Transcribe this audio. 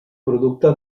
producte